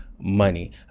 money